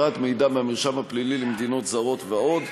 העברת מידע מהמרשם הפלילי למדינות זרות ועוד.